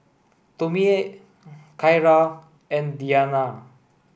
Tomie Kyra and Deana